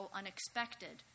unexpected